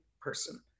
person